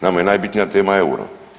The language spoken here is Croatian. Nama je najbitnija tema eura.